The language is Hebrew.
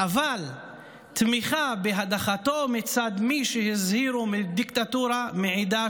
"אבל תמיכה בהדחתו" מצד מי "שהזהירו מדיקטטורה מעידה